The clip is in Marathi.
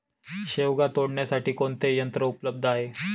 शेवगा तोडण्यासाठी कोणते यंत्र उपलब्ध आहे?